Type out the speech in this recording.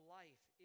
life